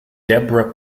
deborah